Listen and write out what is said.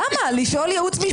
למה, לשאול ייעוץ משפטי זה הפרעה?